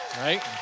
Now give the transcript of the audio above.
Right